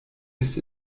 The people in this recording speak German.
ist